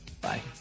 Bye